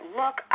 look